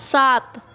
सात